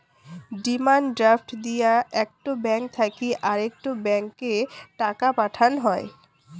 demand draft দিয়া একটো bank থাকি আরেকটো ব্যাংকে টাকা পাঠান হই